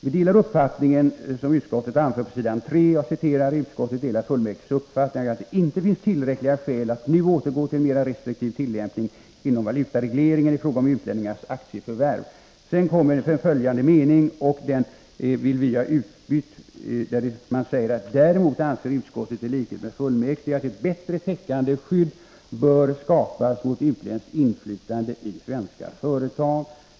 Vi delar uppfattningen som utskottet anfört på s. 3.: ”Utskottet delar fullmäktiges uppfattning att det inte finns tillräckliga skäl att nu återgå till en mer restriktiv tillämpning inom valutaregleringen i fråga om utlänningars aktieförvärv.” Däremot vill vi reservanter ha de följande meningarna utbytta: ”Däremot anser utskottet i likhet med fullmäktige att ett bättre täckande skydd bör skapas mot utländskt inflytande i svenska företag.